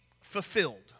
fulfilled